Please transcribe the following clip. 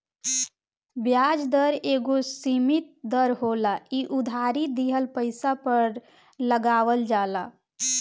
ब्याज दर एगो सीमित दर होला इ उधारी दिहल पइसा पर लगावल जाला